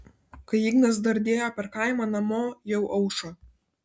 kai ignas dardėjo per kaimą namo jau aušo